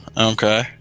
Okay